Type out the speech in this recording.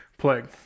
plague